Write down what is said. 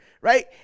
right